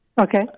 Okay